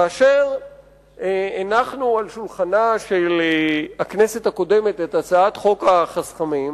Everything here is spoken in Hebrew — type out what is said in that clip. כאשר הנחנו על שולחנה של הכנסת הקודמת את הצעת חוק החסכמים,